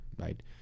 right